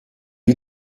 die